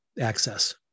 access